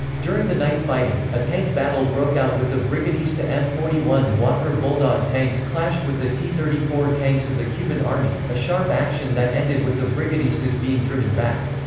during the night fighting, a tank battle broke out with the brigadista m four one walker bulldog tanks clashed with the t thirty four tanks of the cuban army, a sharp action that ended with the brigadistas being driven back.